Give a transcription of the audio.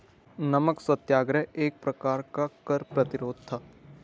नमक सत्याग्रह एक प्रकार का कर प्रतिरोध था